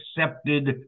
accepted